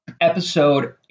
Episode